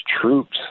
troops